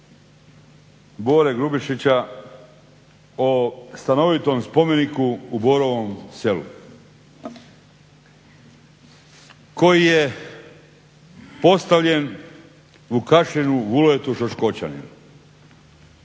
Bore Grubišića o stanovitom spomeniku u Borovom Selu koji je postavljen Vukašinu Vuletu Šoškočaninu